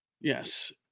yes